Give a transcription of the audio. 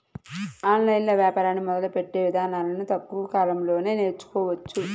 online వ్యాపారాన్ని మొదలుపెట్టే ఇదానాలను తక్కువ కాలంలోనే నేర్చుకోవచ్చు